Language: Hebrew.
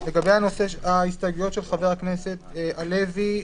ההסתייגויות של חבר הכנסת הלוי: